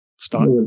start